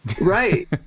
right